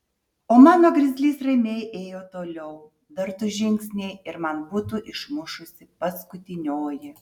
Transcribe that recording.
o mano grizlis ramiai ėjo toliau dar du žingsniai ir man būtų išmušusi paskutinioji